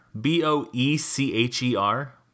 B-O-E-C-H-E-R